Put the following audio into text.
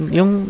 Yung